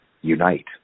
unite